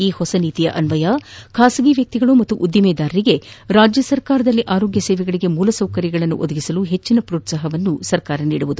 ಈ ಹೊಸ ನೀತಿಯ ಅನ್ವಯ ಖಾಸಗಿ ವ್ಯಕ್ತಿಗಳು ಮತ್ತು ಉದ್ದಿಮೆದಾರರಿಗೆ ರಾಜ್ಯ ಸರ್ಕಾರದಲ್ಲಿ ಆರೋಗ್ಯ ಸೇವೆಗಳಿಗೆ ಮೂಲ ಸೌಕರ್ಯಗಳನ್ನು ಒದಗಿಸಲು ಹೆಚ್ಚಿನ ಪ್ರೋತ್ಪಾಹವನ್ನು ಸರ್ಕಾರ ನೀಡಲಿದೆ